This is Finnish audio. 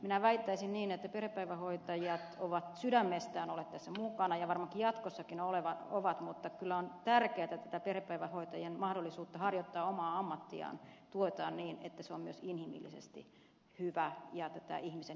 minä väittäisin että perhepäivähoitajat ovat sydämestään olleet tässä mukana ja varmaan jatkossakin ovat mutta kyllä on tärkeätä että tätä perhepäivähoitajien mahdollisuutta harjoittaa omaa ammattiaan tuetaan niin että somisti inhimillisesti hyvää ja tätä ihmisen